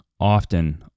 often